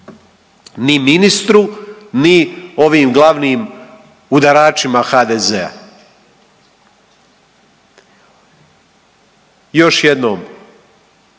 ni ministru ni ovim glavnim udaračima HDZ-a. Još jednom,